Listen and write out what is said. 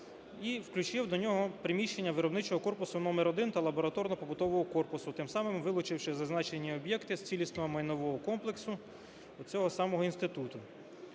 і включив до нього приміщення виробничого корпусу номер 1 та лабораторно-побутового корпусу, тим самим вилучивши зазначені об'єкти з цілісного майнового комплексу цього самого інституту.